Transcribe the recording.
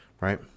right